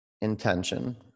intention